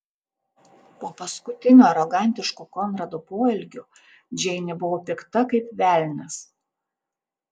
po paskutinio arogantiško konrado poelgio džeinė buvo pikta kaip velnias